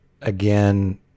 again